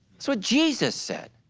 so jesus said.